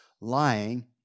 lying